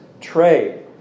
trade